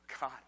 God